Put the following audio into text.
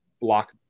block